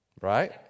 Right